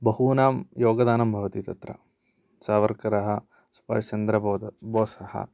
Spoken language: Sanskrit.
बहूनां योगदानं भवति तत्र सावर्करः सुभास् चन्द्रबोसः